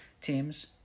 teams